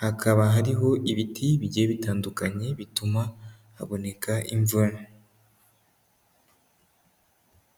hakaba hariho ibiti bigiye bitandukanye, bituma haboneka imvura.